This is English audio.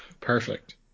Perfect